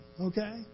okay